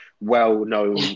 well-known